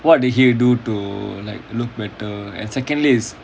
what did he do to like look better and secondly is